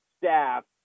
staff